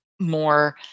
more